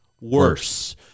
worse